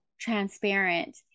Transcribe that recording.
transparent